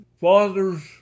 father's